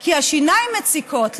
כי השיניים מציקות לו,